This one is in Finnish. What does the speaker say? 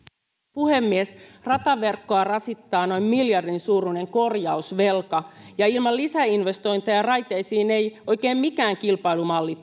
puhemies rataverkkoa rasittaa noin miljardin suuruinen korjausvelka ja ilman lisäinvestointeja raiteisiin ei oikein mikään kilpailumalli